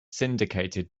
syndicated